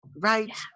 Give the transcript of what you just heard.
Right